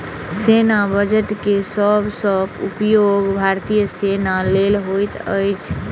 सेना बजट के सब सॅ उपयोग भारतीय सेना लेल होइत अछि